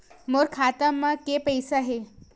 मोर खाता म के पईसा हे?